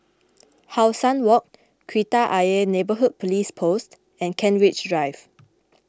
How Sun Walk Kreta Ayer Neighbourhood Police Post and Kent Ridge Drive